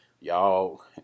y'all